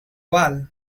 wall